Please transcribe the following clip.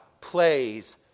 plays